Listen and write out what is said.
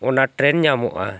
ᱚᱱᱟ ᱴᱨᱮᱱ ᱧᱟᱢᱚᱜᱼᱟ